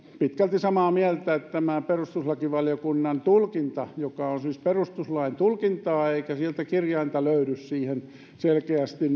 pitkälti samaa mieltä että tämä perustuslakivaliokunnan tulkinta se on siis perustuslain tulkintaa eikä sieltä kirjainta löydy siihen selkeästi